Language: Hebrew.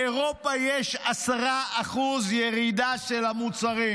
באירופה יש ירידה של 10% במחירי מוצרים.